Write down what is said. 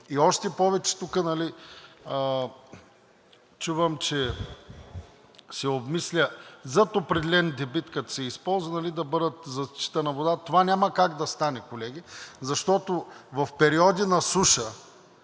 И още повече, тук чувам, че се обмисля след определен дебит, като се използва, да бъде зачитана вода. Това няма как да стане, колеги, защото в периоди на суша